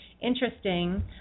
interesting